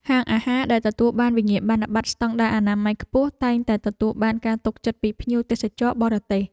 ហាងអាហារដែលទទួលបានវិញ្ញាបនបត្រស្តង់ដារអនាម័យខ្ពស់តែងតែទទួលបានការទុកចិត្តពីភ្ញៀវទេសចរបរទេស។